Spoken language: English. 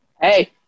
hey